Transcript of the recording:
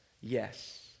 yes